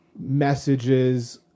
messages